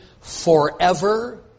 forever